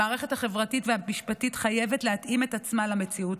המערכת החברתית והמשפטית חייבת להתאים עת עצמה למציאות